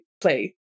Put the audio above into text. play